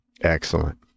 excellent